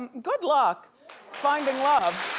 good luck finding love.